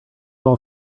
all